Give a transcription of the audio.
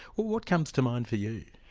what comes to mind for you?